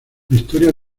historia